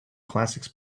classics